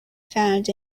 found